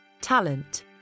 Talent